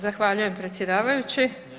Zahvaljujem predsjedavajući.